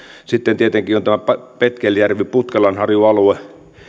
sitten tietenkin on petkeljärvi putkelanharjun alue